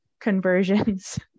conversions